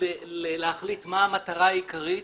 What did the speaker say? להחליט מה המטרה העיקרית.